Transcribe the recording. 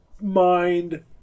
Mind